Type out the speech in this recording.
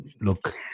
Look